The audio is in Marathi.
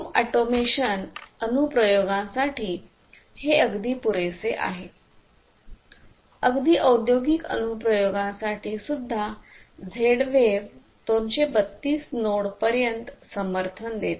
होम ऑटोमेशन अनु प्रयोगासाठी हे अगदी पुरेसे आहे अगदी औद्योगिक अनुप्रयोगांसाठी सुद्धा झेड वेव्ह 232 नोड पर्यंत समर्थन देते